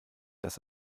dass